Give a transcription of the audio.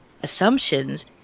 assumptions